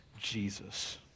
Jesus